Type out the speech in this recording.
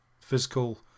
physical